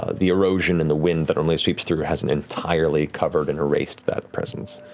the erosion and the wind that normally sweeps through hasn't entirely covered and erased that presence.